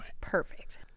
Perfect